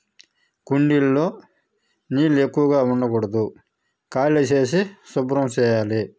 కుండీల్లో నీళ్ళు ఎక్కువగా ఉండకూడదు ఖాళీ చేసి శుభ్రం చేయాలి